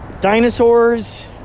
dinosaurs